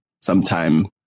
sometime